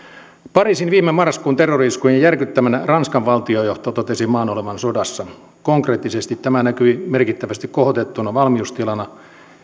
pariisin viime marraskuun terrori iskujen järkyttämänä ranskan valtionjohto totesi maan olevan sodassa konkreettisesti tämä näkyi merkittävästi kohotettuna valmiustilana